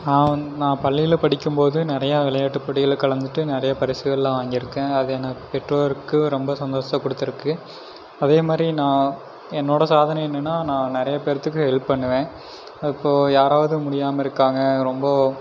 நான் வந் நான் பள்ளியில படிக்கும்போது நிறையா விளையாட்டு போட்டிகளில் கலந்துகிட்டு நிறையா பரிசுகள்லாம் வாங்கிருக்கேன் அது எனது பெற்றோருக்கு ரொம்ப சந்தோசத்தை கொடுத்துருக்கு அதே மாரி நான் என்னோட சாதனை என்னன்னா நான் நிறைய பேர்த்துக்கு ஹெல்ப் பண்ணுவேன் இப்போ யாராவது முடியாமல் இருக்காங்க ரொம்ப